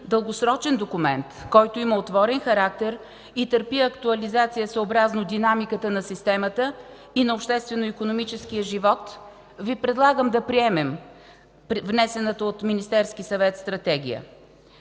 дългосрочен документ, който има отворен характер и търпи актуализация, съобразно динамиката на системата и на обществено-икономическия живот, Ви предлагам да приемем внесената от Министерски съвет Стратегия.